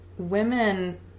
women